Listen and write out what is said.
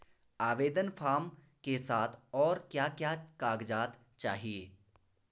आवेदन फार्म के साथ और क्या क्या कागज़ात चाहिए?